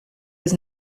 was